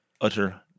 utter